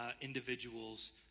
individuals